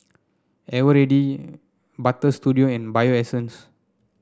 Eveready Butter Studio and Bio Essence